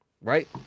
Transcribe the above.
Right